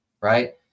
right